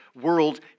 world